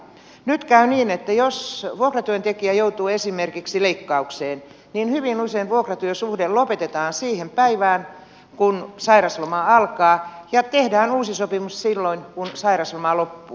nyt käy niin että jos vuokratyöntekijä joutuu esimerkiksi leikkaukseen niin hyvin usein vuokratyösuhde lopetetaan siihen päivään kun sairausloma alkaa ja tehdään uusi sopimus silloin kun sairausloma loppuu